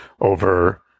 over